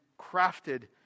crafted